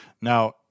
Now